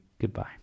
Goodbye